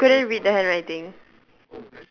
you couldn't read the handwriting